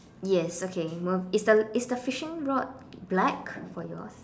yes okay mov~ is the is the fishing rod black for yours